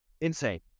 insane